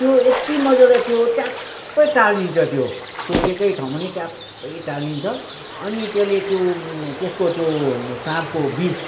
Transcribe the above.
त्यो यत्ति मजाले त्यो ट्याप्पै टालिन्छ त्यो टोकेकै ठाउँमा नै ट्याप्पै टालिन्छ अनि त्यसले त्यो त्यसको त्यो साँपको विष